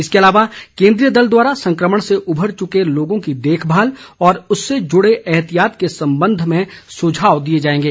इसके अलावा केन्द्रीय दल द्वारा संक्रमण से उभर चुके लोगों की देखभाल और उससे जुड़े एहतियात के संबंध में सुझाव दिए जाएंगे